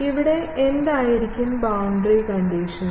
ഇവിടെ എന്തായിരിക്കും boundary condition